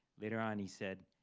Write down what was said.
later on he said,